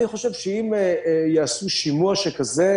אני חושב שאם יעשו שימוע שכזה,